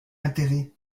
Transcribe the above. intérêt